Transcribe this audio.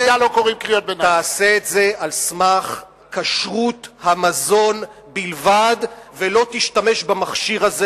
תעשה את זה על סמך כשרות המזון בלבד ולא תשתמש במכשיר הזה,